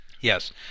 Yes